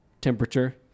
temperature